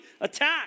Attack